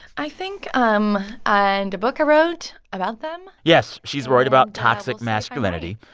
i think, um and a book i wrote about them yes, she's worried about toxic masculinity,